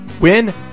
win